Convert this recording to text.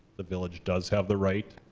the village does have the right,